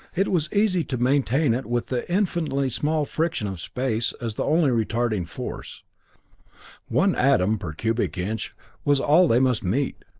it was easy to maintain it with the infinitely small friction of space as the only retarding force one atom per cubic inch was all they must meet.